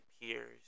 peers